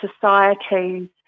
societies